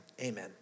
amen